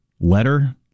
Letter